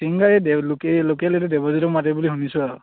singer এই লোকে লোকেল এইটো দেৱজিতক মাতিব বুলি শুনিছোঁ আৰু